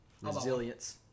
Resilience